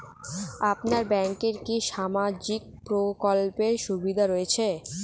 আপনার ব্যাংকে কি সামাজিক প্রকল্পের সুবিধা রয়েছে?